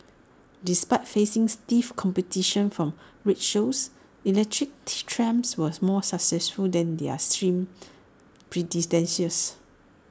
despite facing stiff competition from rickshaws electric trams were more successful than their steam predecessors